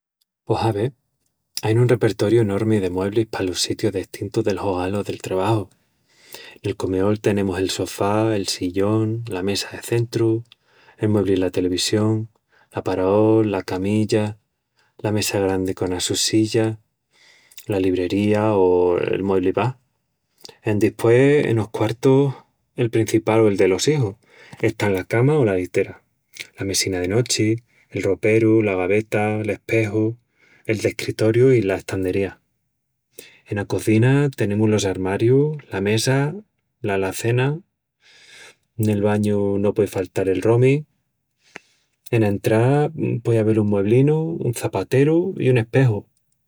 Pos ave... ain un repertoriu enormi de mueblis palos sitius destintus del hogal o del trebaju. Nel comeol, tenemus el sofá, el sillón, la mesa de centru, el muebli la televisión, l'aparaol, la camilla, la mesa grandi conas sus sillas, la librería o el muebli-bar... Endispués, enos quartus, el prencipal o el delos ijus, están la cama o la itera,, la mesina de nochi, el roperu, la gaveta, l'espeju, el descritoriu i la estandería. Ena cozina, tenemus los armarius, la mesa, la lazena, Nel bañu, no puei faltal el romi. Ena entrá, puei avel un mueblinu, un çapateru i un espeju.